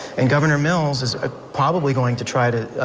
and governor mills is ah probably going to try to